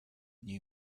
new